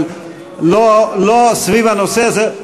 אבל לא סביב הנושא הזה,